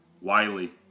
Wiley